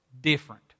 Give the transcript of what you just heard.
different